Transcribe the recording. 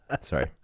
Sorry